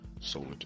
Solar